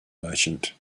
merchant